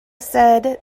said